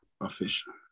official